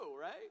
right